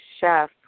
chef